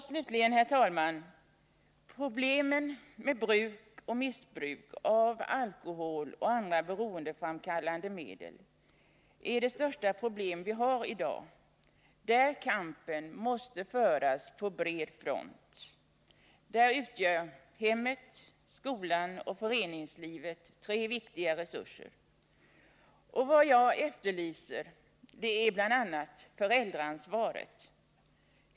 Slutligen, herr talman: Problemet med bruk och missbruk av alkohol och andra beroendeframkallande medel är det största problem vi har i dag, där kampen måste föras på bred front. Där utgör hemmet, skolan och föreningslivet tre viktiga resurser. Vad jag efterlyser är bl.a. föräldraansvaret.